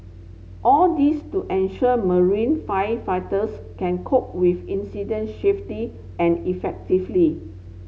all this to ensure marine firefighters can cope with incident swiftly and effectively